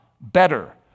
better